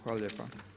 Hvala lijepa.